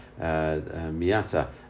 Miata